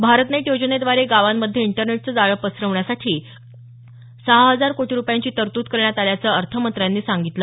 Bharat net योजनेद्वारे गावांमध्ये इंटरनेटचं जाळ पसरवण्यासाठी सहा हजार कोटी रूपयांची तरतूद करण्यात आल्याचं अर्थमंत्र्यांनी सांगितलं